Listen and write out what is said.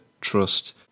trust